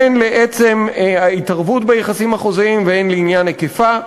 הן בעצם ההתערבות ביחסים החוזיים והן לעניין היקפה.